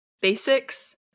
basics